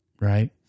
Right